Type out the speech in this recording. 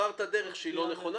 בחרת דרך שהיא לא נכונה?